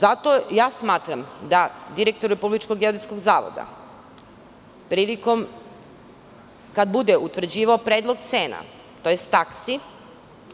Zato smatram da direktor RGZ prilikom, kada bude utvrđivao predlog cena, odnosno taksi